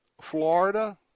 Florida